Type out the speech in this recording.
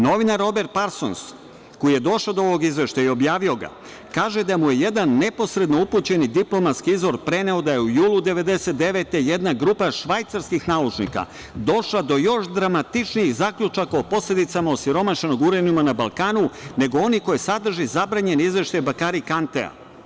Novinar Robert Parsons, koji je došao do ovog izveštaja i objavio ga, kaže da mu je jedan neposredno upućeni diplomatski izvor preneo da je u julu 1999. godine jedna grupa švajcarskih naučnika došla do još dramatičnijih zaključaka o posledicama osiromašenog uranijuma na Balkanu, nego onih koje sadrži zabranjeni izveštaj Bakari Kantea.